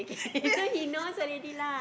then